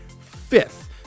fifth